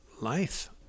life